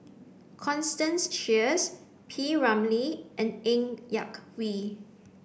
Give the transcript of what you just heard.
constance Sheares P Ramlee and Ng Yak Whee